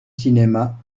cinéma